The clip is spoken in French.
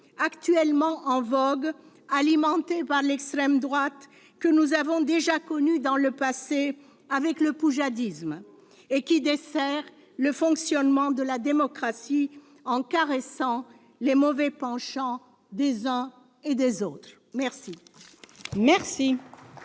actuellement en vogue, alimenté par l'extrême droite, que nous avons déjà connu dans le passé avec le poujadisme et qui dessert le fonctionnement de la démocratie, en caressant les mauvais penchants des uns et des autres. Bravo